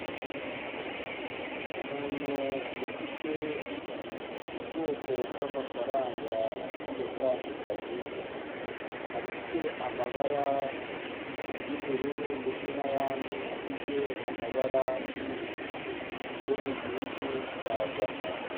Umuntu ufite ubwoko bw'amafaranga agiye atandukanye, afite amabara y'ubururu ndetse n'ayandi afite amabara y'umutuku yo mu gihugu cya Gana.